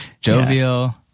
jovial